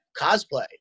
cosplay